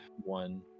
one